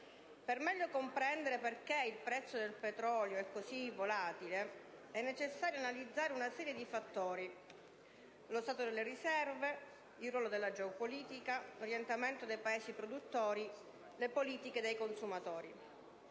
Per meglio comprendere perché il prezzo del petrolio è così volatile, è necessario analizzare una serie di fattori: lo stato delle riserve, il ruolo della geopolitica, l'orientamento dei Paesi produttori, le politiche dei consumatori.